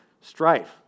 strife